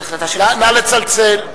לצלצל.